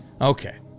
Okay